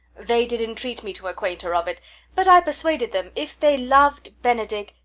they did entreat me to acquaint her of it but i persuaded them, if they lov'd benedick,